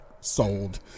sold